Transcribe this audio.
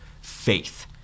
faith